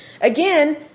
Again